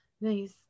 Nice